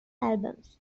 albums